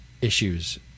issues